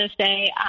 say